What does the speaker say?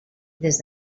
des